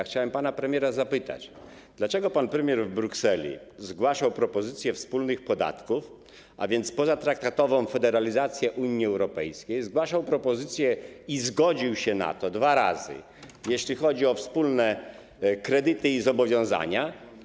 Chciałem pana premiera zapytać: Dlaczego pan premier w Brukseli zgłaszał propozycję wspólnych podatków, a więc chodzi o pozatraktatową federalizację Unii Europejskiej, zgłaszał propozycję i zgodził się na to dwa razy, jeśli chodzi o wspólne kredyty i zobowiązania?